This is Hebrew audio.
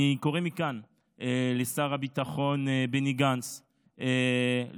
אני קורא מכאן לשר הביטחון בני גנץ לפעול.